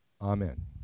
Amen